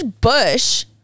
Bush